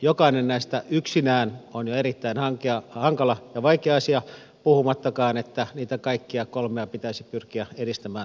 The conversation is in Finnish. jokainen näistä yksinään on jo erittäin hankala ja vaikea asia puhumattakaan että niitä kaikkia kolmea pitäisi pyrkiä edistämään samanaikaisesti